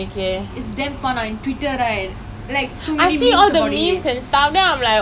yes yes oh my god do you do you know everyone is playing the game on the phone among us